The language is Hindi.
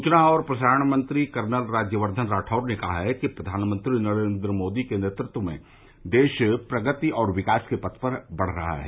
सूचना और प्रसारण मंत्री कर्नल राज्यवर्धन राठौड़ ने कहा है कि प्रधानमंत्री नरेंद्र मोदी के नेतृत्व में देश प्रगति और विकास के पथ पर बढ़ रहा है